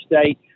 state